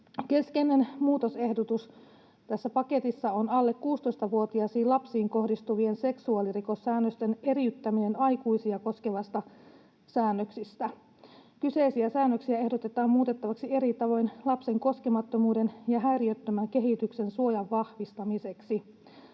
Keskeinen muutosehdotus tässä paketissa on alle 16-vuotiaisiin lapsiin kohdistuvien seksuaalirikossäännösten eriyttäminen aikuisia koskevista säännöksistä. Kyseisiä säännöksiä ehdotetaan muutettavaksi eri tavoin lapsen koskemattomuuden ja häiriöttömän kehityksen suojan vahvistamiseksi.